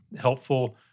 helpful